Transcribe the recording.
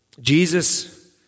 Jesus